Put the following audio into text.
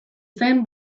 zen